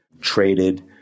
traded